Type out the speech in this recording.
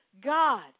God